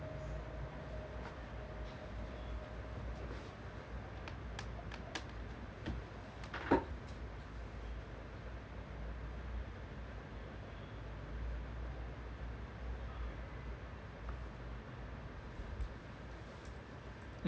mm